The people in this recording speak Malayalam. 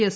എസ്